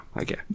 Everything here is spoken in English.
okay